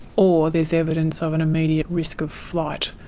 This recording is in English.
or there's evidence of an immediate risk of flight.